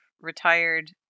retired